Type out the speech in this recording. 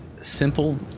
simple